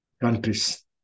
countries